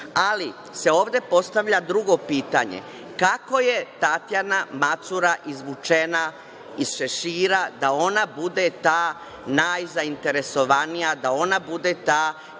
se postavlja drugo pitanje – kako je Tatjana Macura izvučena iz šešira da ona bude ta najzainteresovanija, da ona bude ta